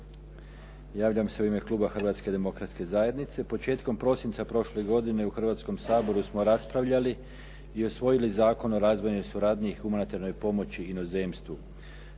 Javljam se u ime kluba Hrvatske demokratske zajednice. Početkom prosinca prošle godine u Hrvatskom saboru smo raspravljali i usvojili Zakon o razvojnoj suradnji i humanitarnoj pomoći inozemstvu.